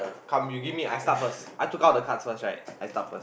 come you give me I start first I took out the cards first right I start first